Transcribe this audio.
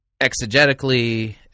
exegetically